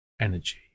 energy